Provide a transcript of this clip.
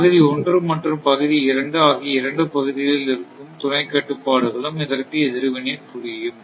பகுதி 1 மற்றும் பகுதி 2 ஆகிய இரண்டு பகுதிகளில் இருக்கும் துணை கட்டுப்பாடுகளும் இதற்கு எதிர்வினை புரியும்